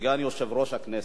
סגן יושב-ראש הכנסת.